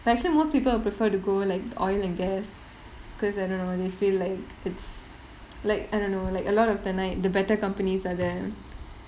but actually most people prefer to go like oil and gas because I don't know they feel like it's like I don't know like a lot of the like the better companies are there